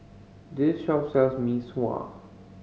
this shop sells Mee Sua